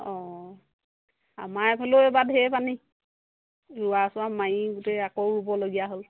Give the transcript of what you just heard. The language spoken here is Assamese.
অঁ আমাৰ এইফালেও এইবা ঢেৰ পানী ৰোৱা চোৱা মাৰি গোটেই আকৌ ৰুবলগীয়া হ'ল